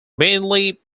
mainly